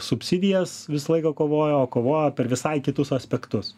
subsidijas visą laiką kovojo o kovojo per visai kitus aspektus